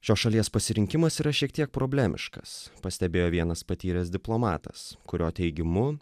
šios šalies pasirinkimas yra šiek tiek problemiškas pastebėjo vienas patyręs diplomatas kurio teigimu